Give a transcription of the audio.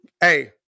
hey